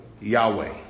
Yahweh